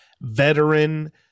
veteran